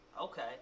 Okay